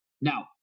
Now